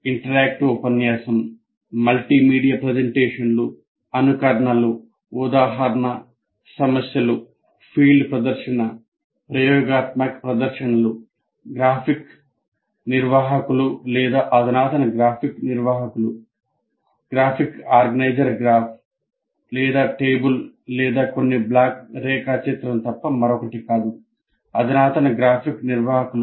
interactive ఉపన్యాసం multimedia ప్రెజెంటేషన్లు అనుకరణలు ఉదాహరణ సమస్యలు ఫీల్డ్ ప్రదర్శన ప్రయోగాత్మక ప్రదర్శనలు గ్రాఫిక్ నిర్వాహకులు లేదా అధునాతన గ్రాఫిక్ నిర్వాహకులు